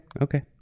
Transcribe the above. okay